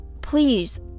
please